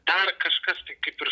dar kažkas tai kaip ir